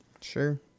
Sure